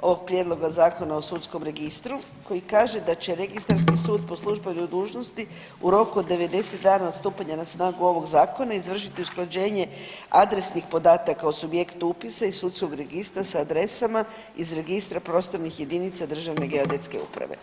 ovog Prijedloga zakona o sudskom registru koji kaže da će registarski sud po službenoj dužnosti u roku od 90 dana od stupanja na snagu ovog zakona izvršiti usklađenje adresnih podataka o subjektu upisa iz sudskog registra sa adresama iz registra prostornih jedinica Državne geodetske uprave.